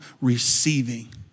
receiving